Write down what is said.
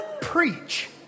preach